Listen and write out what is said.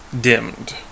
dimmed